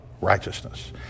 righteousness